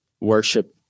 worship